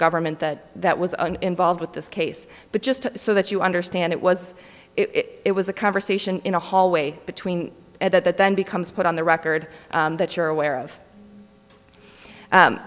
government that that was involved with this case but just so that you understand it was it was a conversation in a hallway between and that then becomes put on the record that you're aware of